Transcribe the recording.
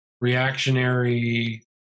reactionary